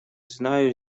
знаю